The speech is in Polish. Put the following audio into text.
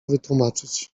wytłumaczyć